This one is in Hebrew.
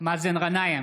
מאזן גנאים,